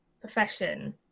profession